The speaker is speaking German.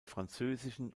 französischen